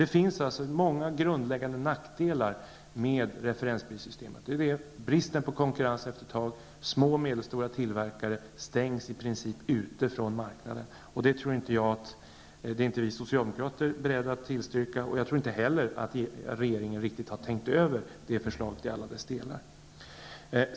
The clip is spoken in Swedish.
Det finns alltså många grundläggande nackdelar med referensprissystemet -- bristen på konkurrens efter ett tag, och det faktum att små och medelstora tillverkare i princip stängs ute från marknaden. Det är vi socialdemokrater inte beredda att tillstyrka, och jag tror inte heller att regeringen riktigt tänkt igenom det förslaget i alla dess delar.